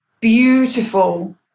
beautiful